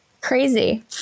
crazy